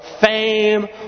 fame